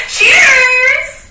Cheers